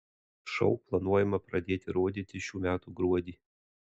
šou planuojama pradėti rodyti šių metų gruodį